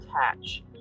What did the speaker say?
catch